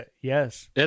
yes